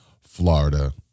Florida